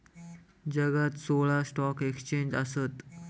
जगात सोळा stock exchange आसत